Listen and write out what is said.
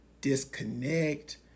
disconnect